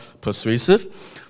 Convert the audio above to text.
persuasive